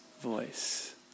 voice